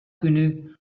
күнү